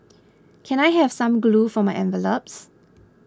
can I have some glue for my envelopes